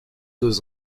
deux